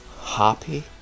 happy